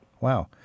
Wow